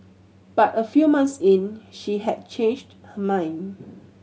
but a few months in she had changed her mind